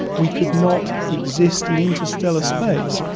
we could not exist in interstellar space,